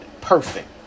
perfect